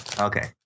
Okay